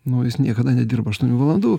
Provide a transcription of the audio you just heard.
nu jis niekada nedirba aštuonių valandų